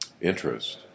interest